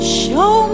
show